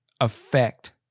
affect